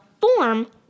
form